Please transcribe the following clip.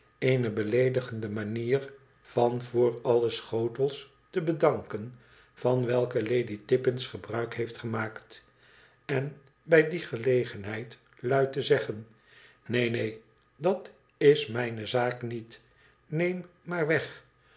eene beleedigende manier van voor alle schotels te bedanken van welke lady tippins gebruik heeft gemaakt en bij die gelegenheid luid te zeggen neen neen dat is mijne zaak niet neem maar weg